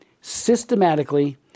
systematically